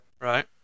Right